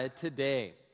today